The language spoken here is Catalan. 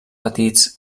petits